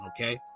Okay